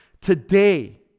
Today